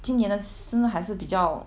今年的事还是比较